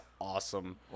awesome